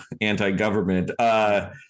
anti-government